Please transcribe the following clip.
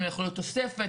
הם יכולים להיות תוספת,